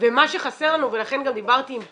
ומה שחסר לנו, ולכן גם דיברתי עם פאולה,